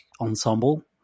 ensemble